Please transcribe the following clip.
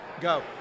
go